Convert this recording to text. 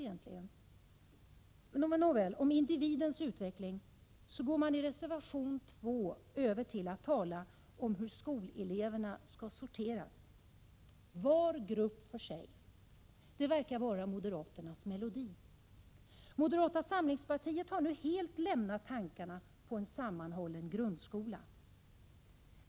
Nåväl, när det gäller individens utveckling går man i reservation 2 över till att tala om hur skoleleverna skall sorteras. Var grupp för sig — det verkar vara moderaternas melodi. Moderata samlingspartiet har nu helt lämnat tankarna på en sammanhållen grundskola.